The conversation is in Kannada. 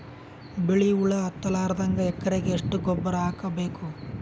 ಬಿಳಿ ಹುಳ ಹತ್ತಲಾರದಂಗ ಎಕರೆಗೆ ಎಷ್ಟು ಗೊಬ್ಬರ ಹಾಕ್ ಬೇಕು?